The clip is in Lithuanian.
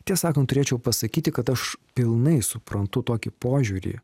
tie sakant turėčiau pasakyti kad aš pilnai suprantu tokį požiūrį